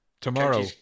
Tomorrow